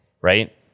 right